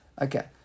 okay